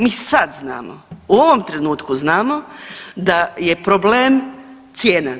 Mi sad znamo, u ovom trenutku znamo da je problem cijena.